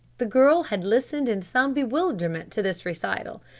the girl had listened in some bewilderment to this recital.